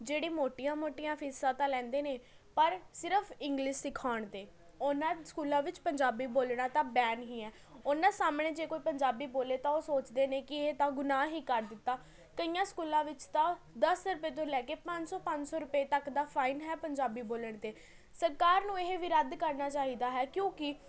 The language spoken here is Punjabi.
ਜਿਹੜੇ ਮੋਟੀਆਂ ਮੋਟੀਆਂ ਫੀਸਾਂ ਤਾਂ ਲੈਂਦੇ ਨੇ ਪਰ ਸਿਰਫ਼ ਇੰਗਲਿਸ਼ ਸਿਖਾਉਣ 'ਤੇ ਉਹਨਾਂ ਸਕੂਲਾਂ ਵਿੱਚ ਪੰਜਾਬੀ ਬੋਲਣਾ ਤਾਂ ਬੈਨ ਹੀ ਹੈ ਓਹਨਾਂ ਸਾਹਮਣੇ ਜੇ ਕੋਈ ਪੰਜਾਬੀ ਬੋਲੇ ਤਾਂ ਓਹ ਸੋਚਦੇ ਨੇ ਕਿ ਇਹ ਤਾਂ ਗੁਨਾਹ ਹੀ ਕਰ ਦਿੱਤਾ ਕਈਆਂ ਸਕੂਲਾਂ ਵਿੱਚ ਤਾਂ ਦਸ ਰੁਪਏ ਤੋਂ ਲੈ ਕੇ ਪੰਜ ਸੌ ਪੰਜ ਸੌ ਰੁਪਏ ਤੱਕ ਦਾ ਫਾਈਨ ਹੈ ਪੰਜਾਬੀ ਬੋਲਣ 'ਤੇ ਸਰਕਾਰ ਨੂੰ ਇਹ ਵੀ ਰੱਦ ਕਰਨਾ ਚਾਹੀਦਾ ਹੈ ਕਿਉਂਕਿ